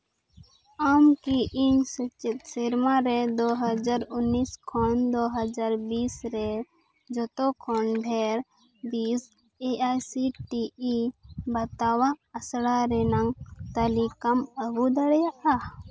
ᱟᱢ ᱠᱤ ᱤᱧ ᱥᱮᱪᱮᱫ ᱥᱮᱨᱢᱟ ᱨᱮᱫᱚ ᱫᱩ ᱦᱟᱡᱟᱨ ᱩᱱᱤᱥ ᱠᱷᱚᱱ ᱫᱩ ᱦᱟᱡᱟᱨ ᱵᱤᱥ ᱨᱮ ᱡᱚᱛᱚ ᱠᱷᱚᱱ ᱰᱷᱮᱹᱨ ᱵᱤᱥ A I C T E ᱵᱟᱛᱟᱣᱟᱜ ᱟᱥᱲᱟ ᱨᱮᱱᱟᱝ ᱛᱟᱞᱤᱠᱟᱢ ᱟᱹᱜᱩ ᱫᱟᱲᱮᱭᱟᱜᱼᱟ